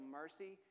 mercy